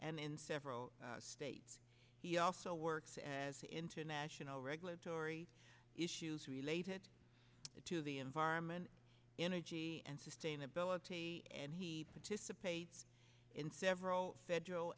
and in several states he also works as international regulatory issues related to the environment energy and sustainability and he participates in several federal